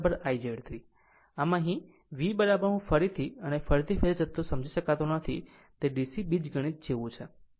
આમ V હું ફરીથી અને ફરીથી ફેઝર જથ્થો સમજી શકતો નથી તે DC બીજગણિત જેવું નથી